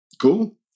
cool